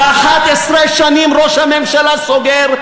ו-11 שנים ראש הממשלה סוגר,